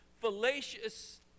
fallacious